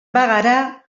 bagara